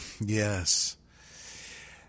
Yes